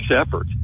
effort